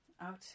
out